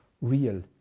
real